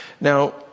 now